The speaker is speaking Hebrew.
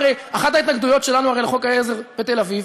הרי אחת ההתנגדויות שלנו לחוק העזר בתל-אביב